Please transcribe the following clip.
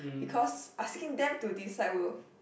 because asking them to decide will